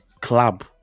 club